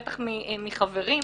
בטח מחברים,